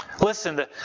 Listen